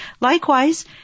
Likewise